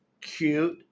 cute